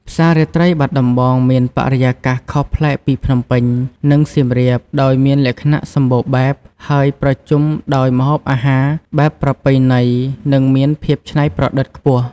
ផ្សាររាត្រីបាត់ដំបងមានបរិយាកាសខុសប្លែកពីភ្នំពេញ និងសៀមរាប ដោយមានលក្ខណៈសម្បូរបែប ហើយប្រជុំដោយម្ហូបអាហារបែបប្រពៃណី និងមានភាពច្នៃប្រឌិតខ្ពស់។